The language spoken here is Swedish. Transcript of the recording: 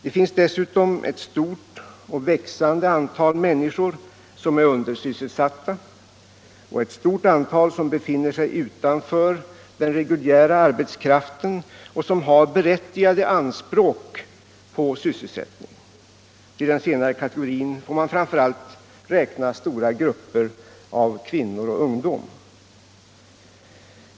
Det finns dessutom ett stort och växande antal människor som är undersysselsatta och ett stort antal som befinner sig utanför den reguljära arbetskraften och som har berättigade anspråk på sysselsättning. Till den senare kategorin får man framför allt räkna stora grupper av kvinnor och ungdom.